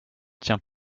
tient